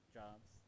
jobs